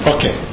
Okay